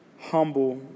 humble